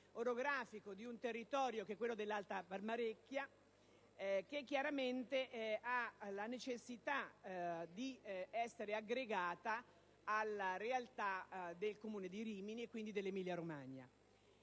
orografico di un territorio che è quello dell'Alta Valmarecchia, che necessita di essere aggregato alla realtà del Comune di Rimini e quindi dell'Emilia-Romagna.